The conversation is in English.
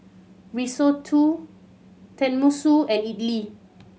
Risotto Tenmusu and Idili